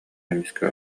эмискэ